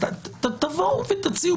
תבואו ותציעו.